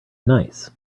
nice